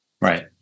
Right